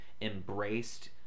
embraced